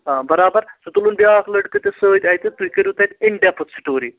آ برابر ژٕ تُلُن بیٛاکھ لٔڑکہٕ تہِ سۭتۍ اَتہِ تُہۍ کٔرِو تَتہِ اِن ڈیٚپتھ سِٹوری